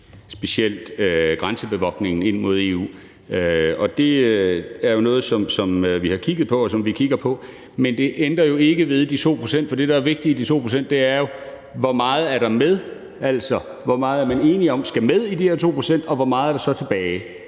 specielt grænsebevogtningen ind mod EU, og det er jo noget, som vi har kigget på, og som vi kigger på, men det ændrer jo ikke ved de 2 pct. For det, der er vigtigt i de 2 pct., er jo, hvor meget der er med. Altså, hvor meget er man enige om skal med i de her 2 pct., hvor meget er der så tilbage,